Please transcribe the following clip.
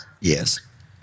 Yes